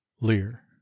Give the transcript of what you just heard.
Lear